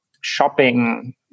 Shopping